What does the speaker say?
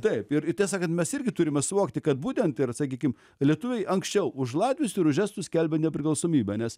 taip ir tiesa kad mes irgi turime suvokti kad būtent ir sakykim lietuviai anksčiau už latvius ir už estus skelbė nepriklausomybę nes